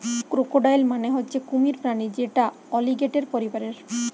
crocodile মানে হচ্ছে কুমির প্রাণী যেটা অলিগেটের পরিবারের